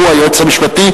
שהוא היועץ המשפטי,